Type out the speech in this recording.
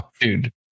Dude